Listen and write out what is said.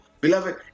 beloved